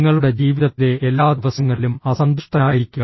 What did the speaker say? നിങ്ങളുടെ ജീവിതത്തിലെ എല്ലാ ദിവസങ്ങളിലും അസന്തുഷ്ടനായിരിക്കുക